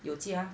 有加